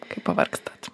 kai pavargstat